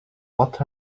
what